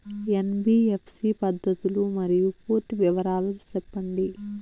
NBFC పద్ధతులు మరియు పూర్తి వివరాలు సెప్పండి?